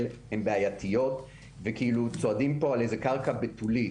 הן בעייתיות וכאילו צועדים פה על איזו קרקע בתולית,